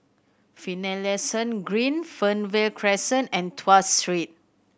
Finlayson Green Fernvale Crescent and Tuas Street